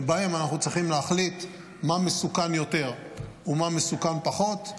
ובהם אנחנו צריכים להחליט מה מסוכן יותר ומה מסוכן פחות,